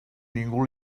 ningú